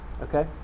okay